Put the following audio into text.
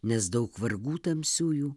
nes daug vargų tamsiųjų